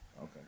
Okay